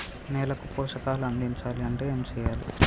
నేలకు పోషకాలు అందించాలి అంటే ఏం చెయ్యాలి?